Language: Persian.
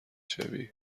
شوی